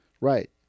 Right